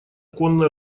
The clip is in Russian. конно